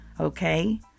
Okay